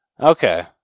Okay